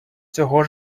цього